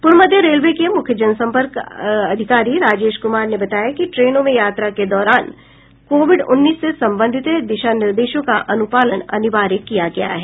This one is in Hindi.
पूर्व मध्य रेलवे के मुख्य जन संपर्क अधिकारी राजेश कुमार ने बताया कि ट्रेनों में यात्रा के दौरान कोविड उन्नीस से संबंधित दिशा निर्देशों का अनुपालन अनिवार्य किया गया है